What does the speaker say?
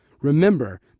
Remember